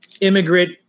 immigrant